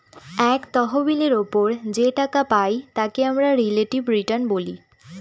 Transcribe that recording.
এক তহবিলের ওপর যে টাকা পাই তাকে আমরা রিলেটিভ রিটার্ন বলে